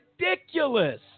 ridiculous